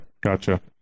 Gotcha